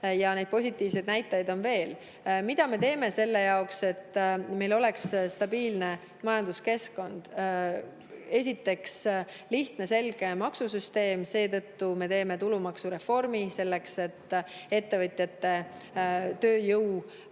ja neid positiivseid näitajaid on veel. Mida me teeme selle jaoks, et meil oleks stabiilne majanduskeskkond? Esiteks, lihtne ja selge maksusüsteem. Seetõttu me teeme tulumaksureformi, selleks et ettevõtjatel